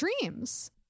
dreams